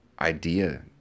idea